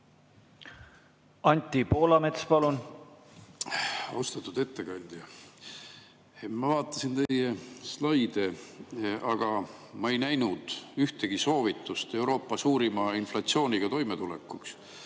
Anti Poolamets, palun!